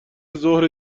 ظهر